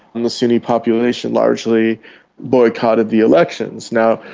and the sunni population largely boycotted the elections. now,